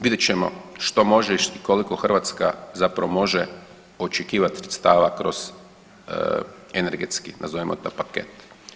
Vidjet ćemo što može i koliko Hrvatska zapravo može očekivati sredstava kroz energetski nazovimo to paket.